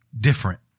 different